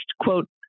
quote